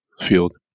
field